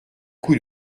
coup